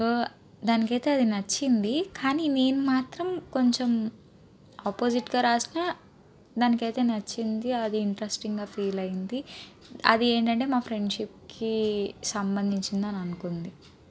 so దానికి అయితే అది నచ్చింది కానీ నేను మాత్రం కొంచెం ఆపోజిట్గా రాసిన దానికైతే నచ్చింది అది ఇంట్రెస్టింగ్గా ఫీల్ అయ్యింది అది ఏంటంటే మా ఫ్రెండ్షిప్కి సంబంధించిందని అనుకుంది